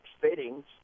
fittings